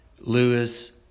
Lewis